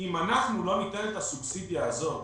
אם אנחנו לא ניתן את הסובסידיה הזאת,